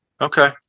Okay